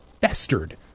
festered